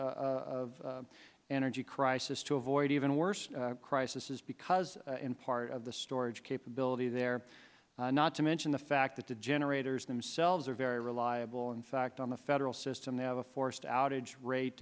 of energy crisis to avoid even worse crisis is because in part of the storage capability there not to mention the fact that the generators themselves are very reliable in fact on the federal system they have a forced outage rate